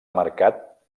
marcat